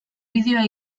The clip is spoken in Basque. bideoa